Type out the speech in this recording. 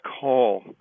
call